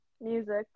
music